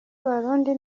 abarundi